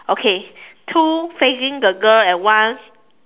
okay two facing the girl and one